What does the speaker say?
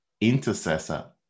intercessor